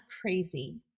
crazy